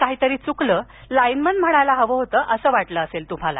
काहीतरी चुकलं लाईनमन म्हणायला हवं होतं असं वाटलं असेल तूम्हाला